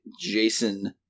Jason